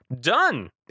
Done